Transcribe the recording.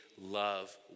love